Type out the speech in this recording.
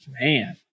Man